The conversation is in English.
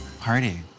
Party